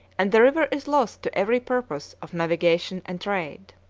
and the river is lost to every purpose of navigation and trade.